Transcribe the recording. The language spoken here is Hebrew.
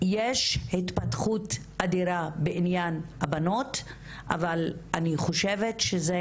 יש התפתחות אדירה בענין הבנות אבל אני חושבת שזה